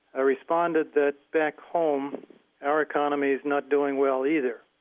i responded that back home our economy is not doing well either.